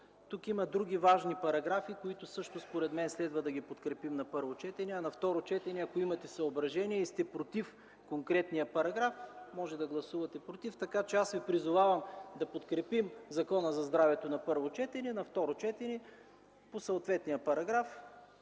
Тук има и други важни параграфи, които според мен трябва да подкрепим на първо четене. На второ четене, ако имате съображения и сте против конкретния параграф, може да гласувате „против”. Така че Ви призовавам да подкрепим Закона за здравето на първо четене, а на второ четене може да